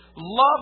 Love